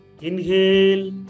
Inhale